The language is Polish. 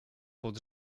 pod